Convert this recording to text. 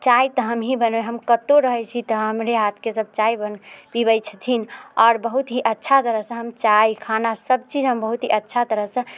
चाय तऽ हमही बनबै हम कतौ रहे छी तऽ हमरे हाथके सब चाय बन पीबै छथिन आओर बहुत ही अच्छा तरहसँ हम चाय खाना सब चीज हम बहुत ही अच्छा तरहसँ